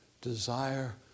desire